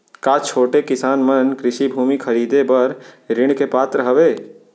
का छोटे किसान मन कृषि भूमि खरीदे बर ऋण के पात्र हवे?